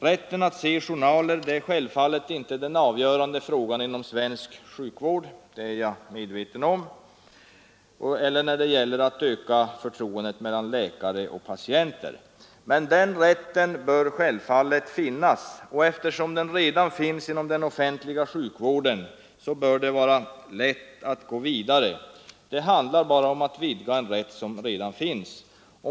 Rätten att se journaler är självfallet inte den avgörande frågan inom svensk sjukvård — det är jag medveten om — eller när det gäller att öka förtroendet mellan läkare och patienter. Men den rätten bör finnas, och eftersom den redan existerar inom den offentliga sjukvården bör det vara lätt att gå vidare på den vägen. Det handlar alltså bara om att vidga en rätt som redan finns.